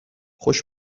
خوش